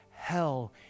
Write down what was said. hell